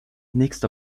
nächster